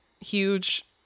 huge